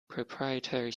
proprietary